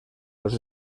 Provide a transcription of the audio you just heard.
los